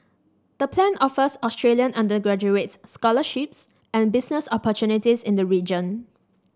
the plan offers Australian undergraduates scholarships and business opportunities in the region